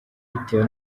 bitewe